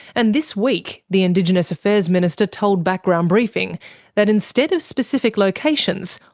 and this week the indigenous affairs minister told background briefing that instead of specific locations,